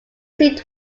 seen